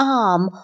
arm